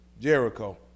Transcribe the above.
Jericho